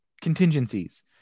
contingencies